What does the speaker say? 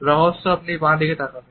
রহস্যই আপনি বাদিকে তাকাবেন